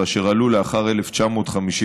ואשר עלו לאחר 1953,